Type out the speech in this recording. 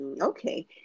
Okay